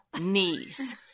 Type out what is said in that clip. knees